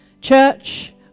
Church